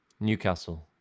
Newcastle